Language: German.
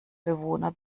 bewohner